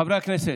חברי הכנסת,